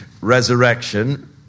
resurrection